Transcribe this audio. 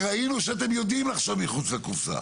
וראינו שאתם יודעים לחשוב מחוץ לקופסא.